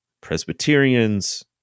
Presbyterians